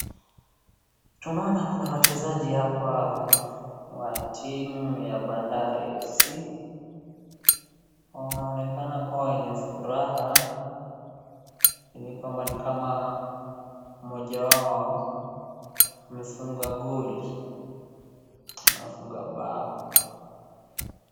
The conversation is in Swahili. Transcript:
Tunaona kuna wachezaji hapa wa timu ya Bandari FC wanaonekana kuwa wenye furaha, hivi nikama mmoja wao amefunga goli amefunga bao.